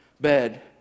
bed